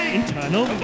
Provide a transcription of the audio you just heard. internal